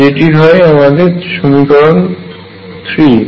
যেটি হয় আমাদের সমীকরণ 3